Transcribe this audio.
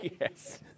Yes